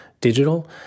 Digital